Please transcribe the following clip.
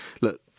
look